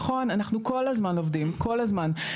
נכון, אנחנו כל הזמן עובדים, כל הזמן.